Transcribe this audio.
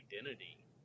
identity